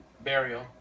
burial